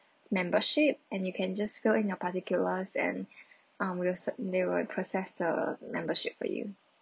membership and you can just fill in your particulars and um we'll set they will process uh membership for you